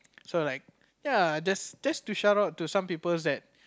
so like ya just just to shout out to some poeple's that